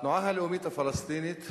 התנועה הלאומית הפלסטינית,